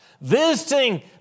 visiting